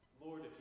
Lord